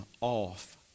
off